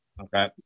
Okay